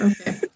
Okay